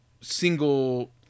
single